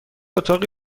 اتاقی